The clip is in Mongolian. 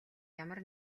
ямар